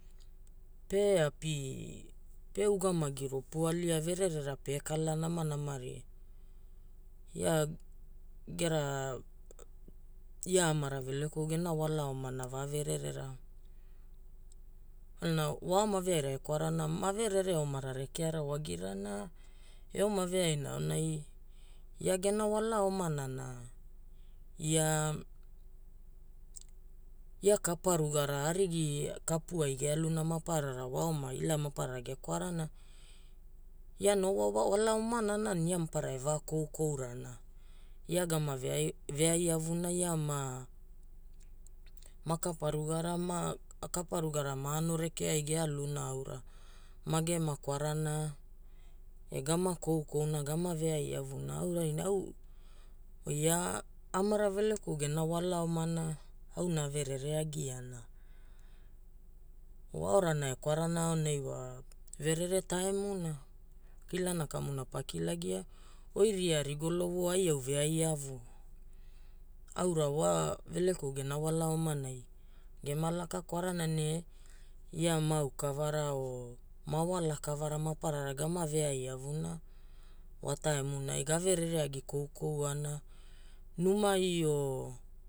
Peapi ugamagi ropu alia vererera pe kala namanamaria. Ia gera, ia amara Velekou gena wala omana va vererera kwalana wa oma veaira ge kwarana, ma verere omara rekeara wagira na, eoma veaina aonai ia gena wala omanana ia kapuragara, arigi kapu ai ge aluna maparara wa oma ila maparara ge kwarana. Ia no wa wala omanana ne ia maparara e va koukourana. Ia ga ma veai avuna, ia ma kaparugara, kapurugara ma anopara rekearai ge aluna aura magema kwarana e gama koukouna, gama veai avuna. Aurai au wa ia amara Velekouna wala omana auna a verere agiana. Wa orana e kwarana aonai wa verere taimuna. Kilana kamuna pa kilagia wa, oi ria rigolo voo ai au veai avu. Aurai wa Velekou gena wala omanai gema laka kwarana ne ia ma au kavara o ma walakavara maparara gama veai avuna wa taimunai ga verere agi koukouana numai o